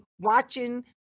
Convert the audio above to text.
watching